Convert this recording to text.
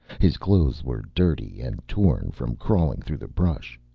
his clothes were dirty and torn from crawling through the brush.